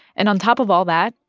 and on top of all that,